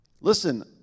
listen